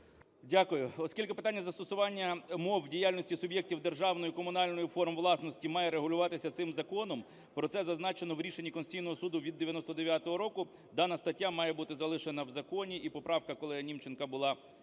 Дякую. Оскільки питання застосування мов діяльності суб'єктів державної, комунальної форм власності має регулюватися цим законом, про це зазначено в рішенні Конституційного Суду від 1999 року, дана стаття має бути залишена в законі, і поправка колеги Німченка була відхилена.